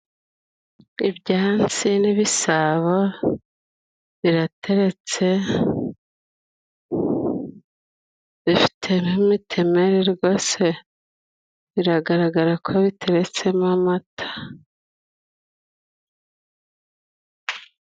Ibyansi n'ibisabo birateretse, bifite n'imitemere rwose, biragaragara ko biteretsemo amata.